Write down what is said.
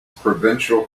provincial